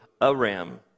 Aram